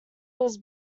was